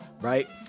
right